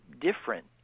different